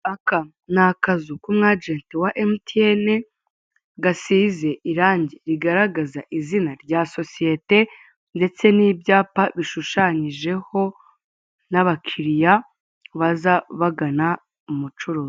Aka ni akazu k'umu ajenti wa emutiyeni gasize irange rigaragaza izina rya sosiyete ndetse n'ibyapa bishushanyijeho n'abakiriya baza bagana umucuruzi.